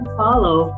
follow